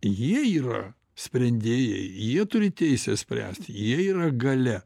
jie yra sprendėjai jie turi teisę spręsti jie yra galia